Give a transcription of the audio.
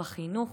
בחינוך,